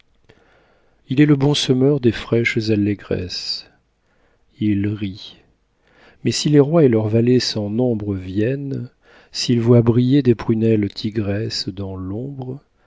il est le bon semeur des fraîches allégresses il rit mais si les rois et leurs valets sans nombre viennent s'il voit briller des prunelles tigresses dans l'ombre